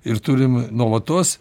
ir turim nuolatos